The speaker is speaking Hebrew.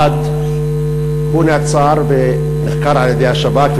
1. הוא נעצר ונחקר בידי השב"כ,